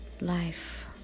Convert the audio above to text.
Life